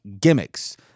gimmicks